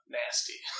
nasty